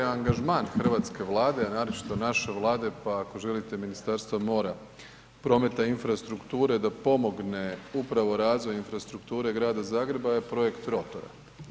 Angažman hrvatske Vlade, naročito naše Vlade, pa ako želite, Ministarstvo mora, prometa i infrastrukture da pomogne upravo razvoju infrastrukture grada Zagreba je projekt rotora.